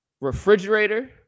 refrigerator